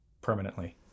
permanently